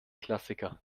klassiker